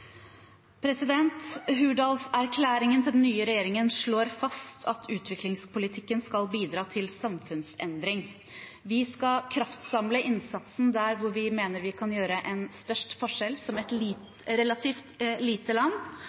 til den nye regjeringen slår fast at utviklingspolitikken skal bidra til samfunnsendring. Vi skal kraftsamle innsatsen der hvor vi mener vi kan gjøre en størst forskjell som et relativt lite land,